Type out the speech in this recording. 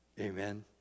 Amen